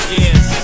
yes